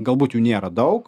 galbūt jų nėra daug